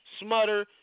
Smutter